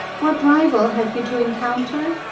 what rival have you to encounter?